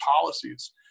policies